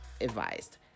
advised